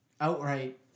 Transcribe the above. outright